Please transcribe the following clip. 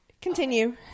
Continue